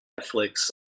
Netflix